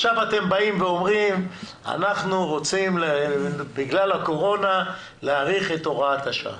עכשיו אתם באים ואומרים בגלל הקורונה להאריך את הוראת השעה.